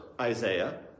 Isaiah